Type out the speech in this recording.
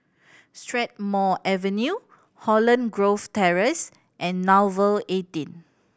Strathmore Avenue Holland Grove Terrace and Nouvel eighteen